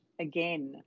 again